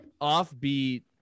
offbeat